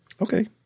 Okay